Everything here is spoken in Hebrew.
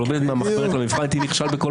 הייתי נכשל.